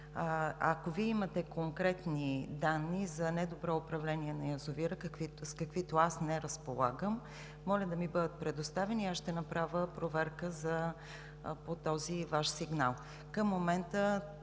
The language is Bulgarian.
Ако Вие имате конкретни данни за недобро управление на язовира, с каквито аз не разполагам, моля да ми бъдат предоставени – ще направя проверка по този Ваш сигнал.